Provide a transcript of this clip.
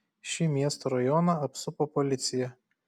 šį miesto rajoną apsupo policija